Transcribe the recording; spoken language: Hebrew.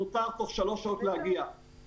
מותר להגיע תוך שלוש שעות.